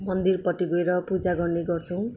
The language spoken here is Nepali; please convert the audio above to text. मन्दिरपट्टि गएर पूजा गर्ने गर्छौँ